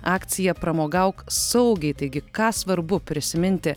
akciją pramogauk saugiai taigi ką svarbu prisiminti